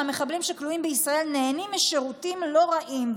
שהמחבלים הכלואים בישראל נהנים משירותים לא רעים,